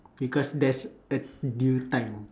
because there's a due time